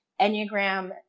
Enneagram